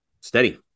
Steady